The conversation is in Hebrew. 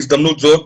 בהזדמנות זאת,